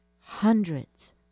hundreds